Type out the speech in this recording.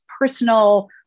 personal